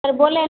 और बोले